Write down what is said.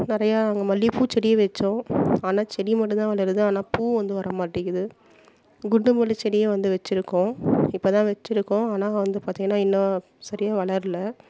நிறையா அங்கே மல்லிகைப்பூ செடி வைச்சோம் ஆனால் செடி மட்டுந்தான் வளருது ஆனால் பூ வந்து வரமாட்டிக்கிது குண்டு மல்லி செடியும் வந்து வச்சிருக்கோம் இப்போ தான் வச்சிருக்கோம் ஆனால் வந்து பார்த்திங்கனா இன்னும் சரியாக வளரல